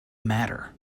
matter